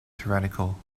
tyrannical